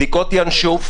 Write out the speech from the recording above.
בדיקות ינשוף.